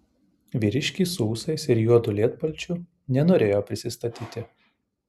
vyriškis su ūsais ir juodu lietpalčiu nenorėjo prisistatyti